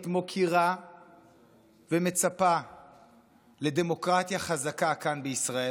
מוקירה ומצפה לדמוקרטיה חזקה כאן בישראל.